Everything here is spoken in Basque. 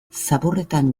zaborretan